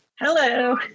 Hello